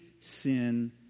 sin